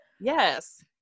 Yes